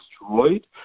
destroyed